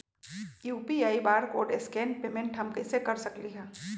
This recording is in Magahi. यू.पी.आई बारकोड स्कैन पेमेंट हम कईसे कर सकली ह?